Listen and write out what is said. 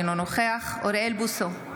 אינו נוכח אוריאל בוסו,